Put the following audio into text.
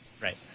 Right